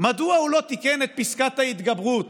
מדוע הוא לא תיקן את פסקת ההתגברות